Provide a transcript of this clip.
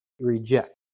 reject